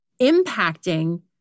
impacting